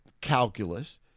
calculus